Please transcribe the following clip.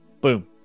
Boom